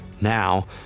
Now